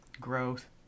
growth